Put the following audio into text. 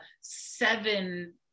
seven